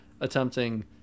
attempting